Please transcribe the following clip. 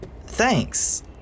Thanks